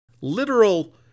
Literal